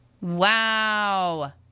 Wow